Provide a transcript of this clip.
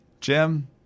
Jim